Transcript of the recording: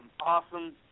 awesome